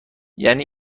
یعنی